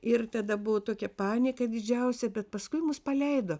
ir tada buvo tokia panieka didžiausia bet paskui mus paleido